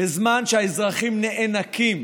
בזמן הזה, שהאזרחים נאנקים